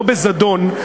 לא בזדון,